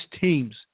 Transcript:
teams